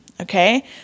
okay